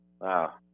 Wow